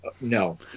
no